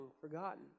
forgotten